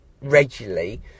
regularly